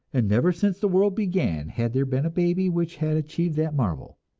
and never since the world began had there been a baby which had achieved that marvel.